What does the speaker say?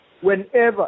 whenever